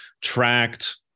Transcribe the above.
tracked